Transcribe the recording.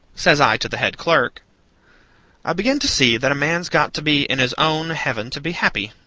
says i to the head clerk i begin to see that a man's got to be in his own heaven to be happy.